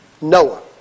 Noah